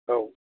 औ